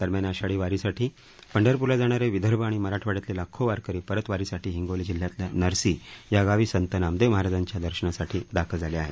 दरम्यान आषाढी वारीसाठी पंढरपूरला जाणारे विदर्भ आणि मराठवाड्यातले लाखो वारकरी परतवारीसाठी हिंगोली जिल्ह्यातल्या नरसी या गावी संत नामदेव महाराजांच्या दर्शनासाठी दाखल झाले आहेत